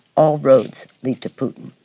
all roads lead to putin.